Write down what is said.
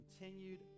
continued